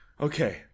Okay